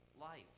life